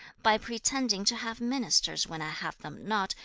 by pretending to have ministers when i have them not,